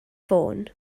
ffôn